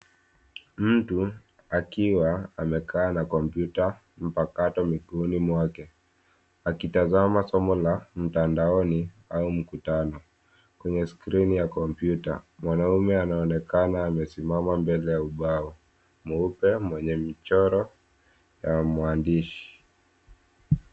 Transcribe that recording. Mtu akiwa amekaa na kompyuta mpakato mikononi mwake akitazama somo la mtandaoni au mkutano. Kwenye skrini ya kompyuta mwanaume anaonekana amesimama mbele ya ubao, mweupe mwenye michoro na mwandishi.